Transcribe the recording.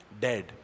dead